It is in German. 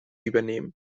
übernehmen